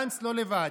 גנץ לא לבד.